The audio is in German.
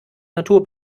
natur